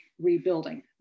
rebuilding